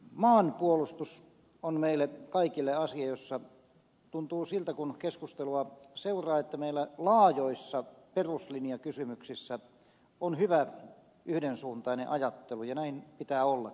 maanpuolustus on meille kaikille asia jossa tuntuu siltä kun keskustelua seuraa että meillä laajoissa peruslinjakysymyksissä on hyvä yhdensuuntainen ajattelu ja näin pitää ollakin